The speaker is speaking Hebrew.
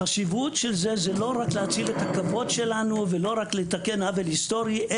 החשיבות של זה היא לא רק בלהציל את הכבוד שלנו ובלתקן עוול היסטורי,